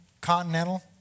Continental